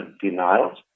denials